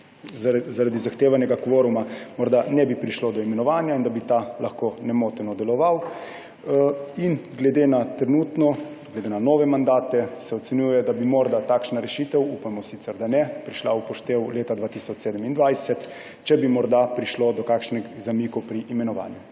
zaradi zahtevanega kvoruma morda ne bi prišlo do imenovanja. Da bi ta lahko nemoteno deloval in glede na nove mandate, se ocenjuje, da bi morda takšna rešitev, upamo sicer, da ne, prišla v poštev leta 2027, če bi morda prišlo do kakšnih zamikov pri imenovanju.